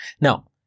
Now